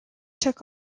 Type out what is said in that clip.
took